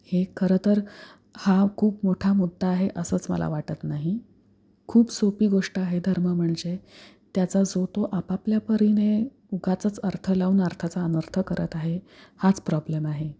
हे खरंतर हा खूप मोठा मुद्दा आहे असंच मला वाटत नाही खूप सोपी गोष्ट आहे धर्म म्हणजे त्याचा जो तो आपापल्या परीने उगाचच अर्थ लावून अर्थाचा अनर्थ करत आहे हाच प्रॉब्लेम आहे